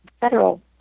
federal